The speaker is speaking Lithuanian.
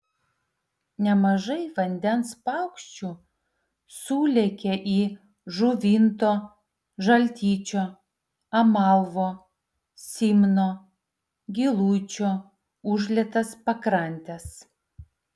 nemažai vandens paukščių sulėkė į žuvinto žaltyčio amalvo simno giluičio užlietas pakrantes